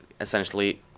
essentially